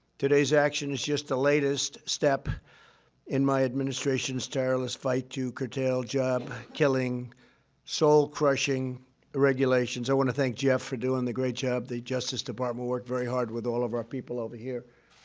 today's action is just the latest step in my administration's tireless fight to curtail job-killing, soul-crushing regulations. i want to thank jeff for doing the great job. the justice department worked very hard with all of our people over here.